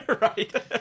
Right